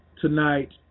tonight